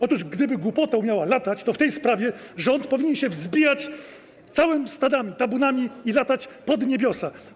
Otóż gdyby głupota umiała latać, to w tej sprawie rząd powinien się wzbijać całymi stadami, tabunami i latać pod niebiosa.